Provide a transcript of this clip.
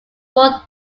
fort